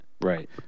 Right